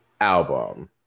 album